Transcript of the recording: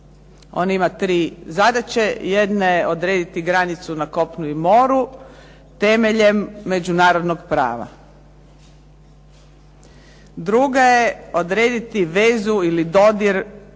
On ima tri zadaće. Jedna je odrediti granicu na kopnu i moru temeljem međunarodnog prava. Druga je odrediti vezu ili dodir slovenskih